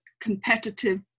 competitive